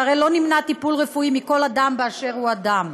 שהרי לא נמנע טיפול רפואי מכל אדם באשר הוא אדם.